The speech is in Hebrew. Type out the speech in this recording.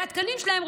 והתקנים שלהם,